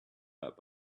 that